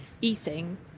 eating